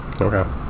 Okay